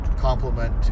complement